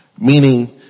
Meaning